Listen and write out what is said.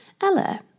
Ella